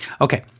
Okay